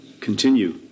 continue